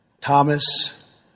Thomas